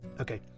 Okay